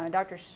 and dr.